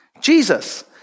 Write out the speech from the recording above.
Jesus